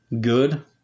good